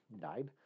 died